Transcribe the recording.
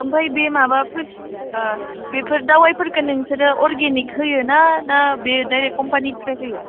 ओमफाय बे माबाफोरखौ बेफोर दावाय फोरखो नोंसोरो अरगेनिक होयो ना ना बे डाइरेक्ट कम्पानिफ्राय फैयो